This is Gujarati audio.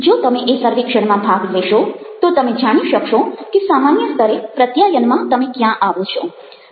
જો તમે એ સર્વેક્ષણમાં ભાગ લેશો તો તમે જાણી શકશો કે સામાન્ય સ્તરે પ્રત્યાયનનમાં તમે ક્યાં આવો છો